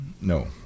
no